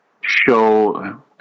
Show